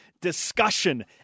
discussion